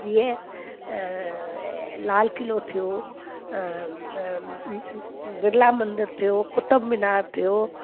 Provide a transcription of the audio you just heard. जीअं लाल क़िलो थियो बिरला मंदरु थियो कुतुब मीनार थियो